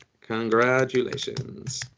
Congratulations